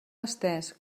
estès